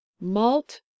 malt